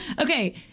Okay